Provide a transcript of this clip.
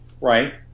right